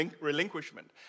relinquishment